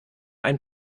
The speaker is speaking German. ein